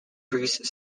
bruce